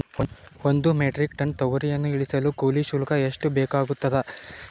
ಒಂದು metric tonne ತೊಗರಿಯನ್ನು ಇಳಿಸಲು ಕೂಲಿ ಶುಲ್ಕ ಎಷ್ಟು ಬೇಕಾಗತದಾ?